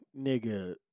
Nigga